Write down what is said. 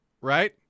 right